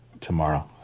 tomorrow